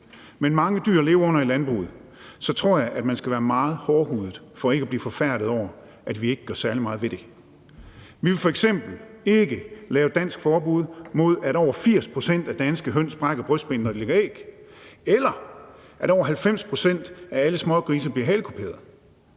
men mange dyr lever under i landbruget, tror jeg, man skal være meget hårdhudet for ikke at blive forfærdet over, at vi ikke gør særlig meget ved det. Vi vil f.eks. ikke lave et dansk forbud, så vi undgår, at over 80 pct. af danske høns brækker brystbenet, når de lægger æg, eller at over 90 pct. af alle smågrise bliver halekuperet.